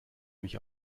mich